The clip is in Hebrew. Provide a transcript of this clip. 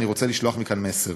אני רוצה לשלוח מכאן מסר,